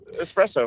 espresso